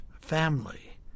family